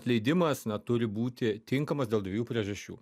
atleidimas neturi būti tinkamas dėl dviejų priežasčių